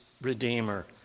Redeemer